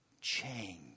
change